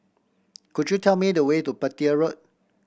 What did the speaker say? could you tell me the way to Petir Road